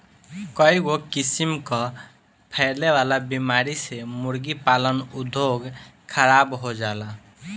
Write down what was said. कईगो किसिम कअ फैले वाला बीमारी से मुर्गी पालन उद्योग खराब हो जाला